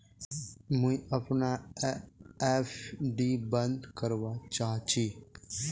मुई अपना एफ.डी बंद करवा चहची